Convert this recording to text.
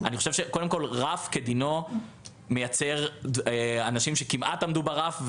אני חושב שרף מטבעו מייצר אנשים שכמעט עמדו ברף.